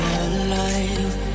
alive